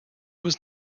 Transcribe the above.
was